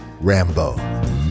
Rambo